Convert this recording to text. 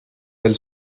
del